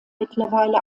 mittlerweile